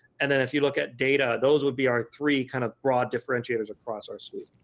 and then if you look at data, those would be our three kind of broad differentiators across our suite.